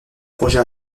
projet